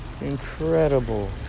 Incredible